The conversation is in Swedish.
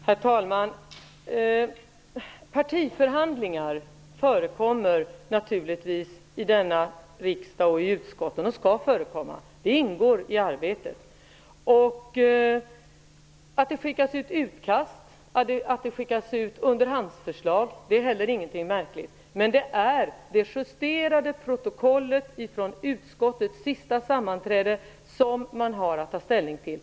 Herr talman! Partiförhandlingar förekommer naturligtvis i denna i riksdag och i utskotten. De skall förekomma; det ingår i arbetet. Att det skickas ut utkast och underhandsförslag är inte heller något märkligt. Men det är det justerade protokollet från utskottets sista sammanträde som man har att ta ställning till.